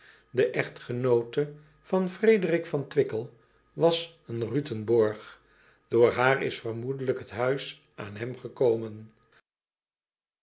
e echtgenoote van rederik van wickel was een utenborch door haar is vermoedelijk het huis aan hem gekomen